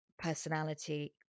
Personality